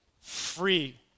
Free